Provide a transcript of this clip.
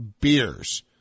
beers